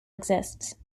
exists